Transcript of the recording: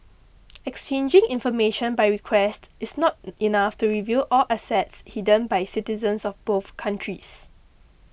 exchanging information by request is not enough to reveal all assets hidden by citizens of both countries